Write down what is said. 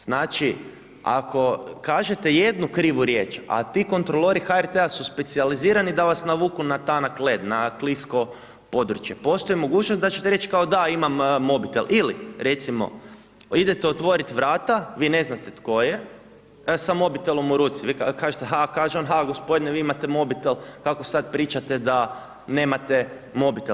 Znači, ako kažete jednu krivu riječ, a ti kontrolori HRT su specijalizirani da vas navuku na tanak led, na klisko područje, postoji mogućnost da ćete reć kao da, imam mobitel ili, recimo idete otvorit vrata, vi ne znate tko je, sa mobitelom u ruci, vi kažete ha, kaže on, ha gospodine vi imate mobitel, kako sad pričate da nemate mobitel.